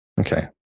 Okay